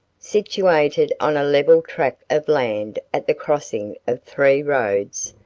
situated on a level track of land at the crossing of three roads,